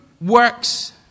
works